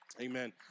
Amen